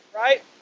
right